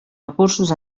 recursos